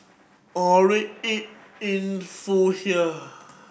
or read it in full here